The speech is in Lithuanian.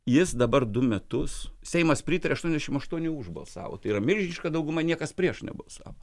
jis dabar du metus seimas pritarė aštuoniasdešim aštuoni už balsavo tai yra milžiniška dauguma niekas prieš nebalsavo